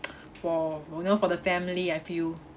for you know for the family I feel